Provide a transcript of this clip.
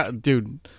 dude